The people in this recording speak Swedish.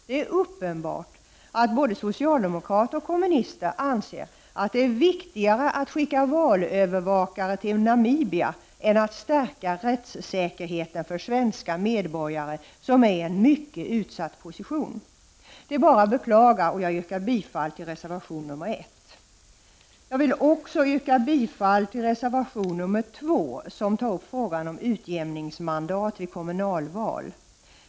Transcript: Det är uppenbart att både socialdemokrater och kommunister anser att det är viktigare att skicka valövervakare till Namibia än att stärka rättssäkerheten för svenska medborgare som är i en mycket utsatt position. Det är bara att beklaga, och jag yrkar bifall till reservation nr 1. Jag vill också yrka bifall till reservation 2, som tar upp frågan om utjämningsmandat vid kommunalval.